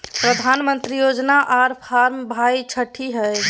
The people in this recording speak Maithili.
प्रधानमंत्री योजना आर फारम भाई छठी है?